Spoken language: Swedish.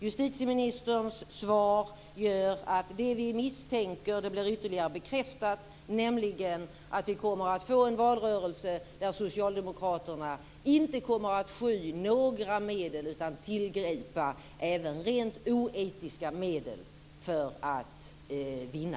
Justitieministerns svar gör att det vi misstänker blir ytterligare bekräftat, nämligen att vi kommer att få en valrörelse där Socialdemokraterna inte kommer att sky några medel utan tillgripa även rent oetiska medel för att vinna.